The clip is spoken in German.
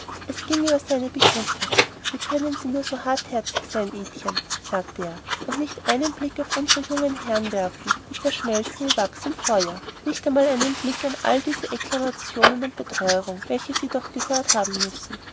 es ging über seine begriffe wie können sie nur so hartherzig sein idchen sagte er und nicht einen blick auf unsere jungen herren werfen die zerschmelzen wie wachs am feuer nicht einmal einen blick für alle diese exklamationen und beteuerungen welche sie doch gehört haben müssen